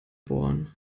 bohren